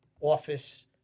office